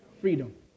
Freedom